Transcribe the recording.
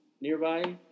nearby